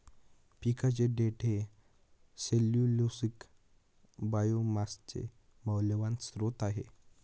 पिकाचे देठ हे सेल्यूलोसिक बायोमासचे मौल्यवान स्त्रोत आहे